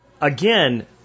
again